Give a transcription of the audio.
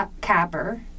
Capper